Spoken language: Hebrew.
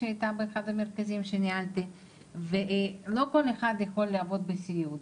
שהיתה באחד המרכזים שניהלתי ולא כל אחד יכול לעבוד בסיעוד.